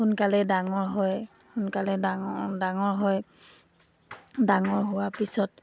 সোনকালে ডাঙৰ হয় সোনকালে ডাঙৰ ডাঙৰ হয় ডাঙৰ হোৱাৰ পিছত